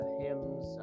hymns